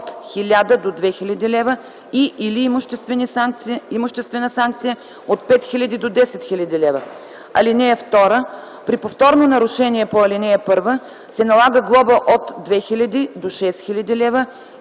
лв. (2) При повторно нарушение по ал. 1 се налага глоба от 2000 до 6000 лв.”